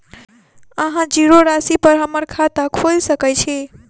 अहाँ जीरो राशि पर हम्मर खाता खोइल सकै छी?